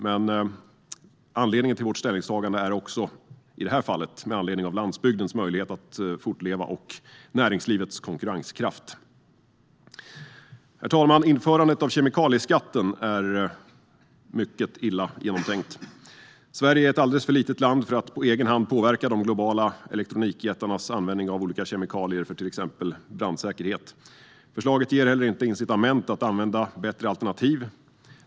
Vi har i detta fall gjort vårt ställningstagande med hänsyn till landsbygdens möjlighet till fortlevnad och näringslivets konkurrenskraft. Herr talman! Införandet av kemikalieskatten är mycket illa genomtänkt. Sverige är ett alldeles för litet land för att på egen hand påverka de globala elektronikjättarnas användning av olika kemikalier för till exempel brandsäkerhet. Förslaget ger inte heller incitament att använda bättre alternativ.